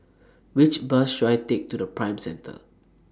Which Bus should I Take to Prime Centre